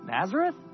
Nazareth